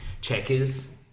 Checkers